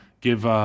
Give